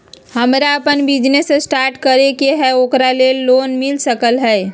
हमरा अपन business start करे के है ओकरा लेल लोन मिल सकलक ह?